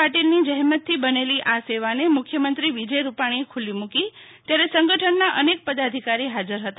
પાટિલની જહેમતથી બનેલી આ સેવા ને મુખ્યમંત્રી વિજય રૂપાણી એ ખુલ્લી મૂકી ત્યારે સંગઠનના અનેક પદાધિકારી હાજર હતા